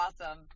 awesome